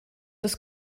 des